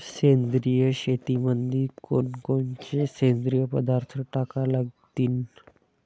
सेंद्रिय शेतीमंदी कोनकोनचे सेंद्रिय पदार्थ टाका लागतीन?